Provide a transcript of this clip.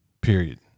Period